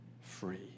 free